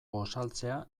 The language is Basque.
gosaltzea